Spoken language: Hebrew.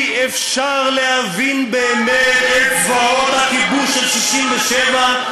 היא לא מהנהלת "בצלם".